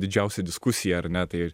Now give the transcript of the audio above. didžiausia diskusija ar ne tai